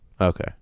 Okay